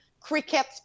cricket